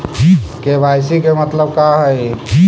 KYC के मतलब का हई?